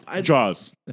Jaws